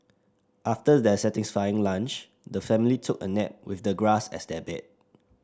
after their satisfying lunch the family took a nap with the grass as their bed